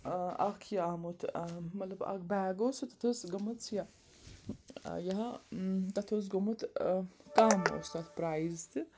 اَکھ یہِ آمُت مطلب اَکھ بیگ اوس سُہ تَتھ ٲس گٔمٕژ یہِ یہا تَتھ اوس گوٚمُت کَم اوس تَتھ پرٛایِز تہِ